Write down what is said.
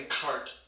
cart